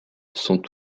sont